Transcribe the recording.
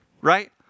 right